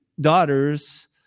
daughters